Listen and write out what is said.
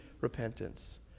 repentance